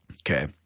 Okay